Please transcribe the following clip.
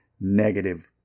negative